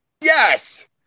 Yes